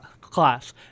class